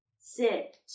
sit